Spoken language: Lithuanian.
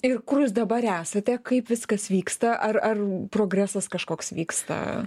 ir kur jūs dabar esate kaip viskas vyksta ar ar progresas kažkoks vyksta